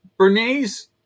Bernays